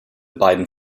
beiden